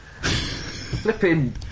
Flipping